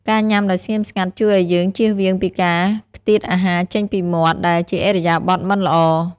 ការញ៉ាំដោយស្ងៀមស្ងាត់ជួយឱ្យយើងចៀសវាងពីការខ្ទាតអាហារចេញពីមាត់ ដែលជាឥរិយាបថមិនល្អ។